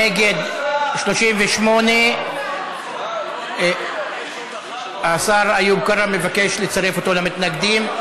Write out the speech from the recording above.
נגד, 38. השר איוב קרא מבקש לצרף אותו למתנגדים.